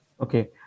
okay